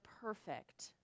perfect